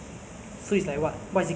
it's like teamwork lah together